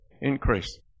increase